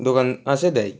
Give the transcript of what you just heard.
দোকান আছে দেয়